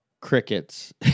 crickets